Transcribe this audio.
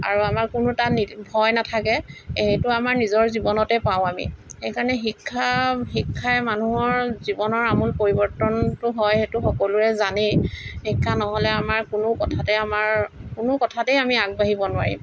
আৰু আমাৰ কোনো তাত ভয় নাথাকে এইটো আমাৰ নিজৰ জীৱনতে পাওঁ আমি সেইকাৰণে শিক্ষাই শিক্ষাই মানুহৰ জীৱনৰ আমুল পৰিৱৰ্তনটো হয় সেইটো সকলোৱে জানেই শিক্ষা নহ'লে আমাৰ কোনো কথাতে আমাৰ কোনো কথাতেই আমি আগবাঢ়িব নোৱাৰিম